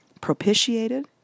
propitiated